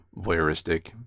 voyeuristic